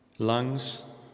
lungs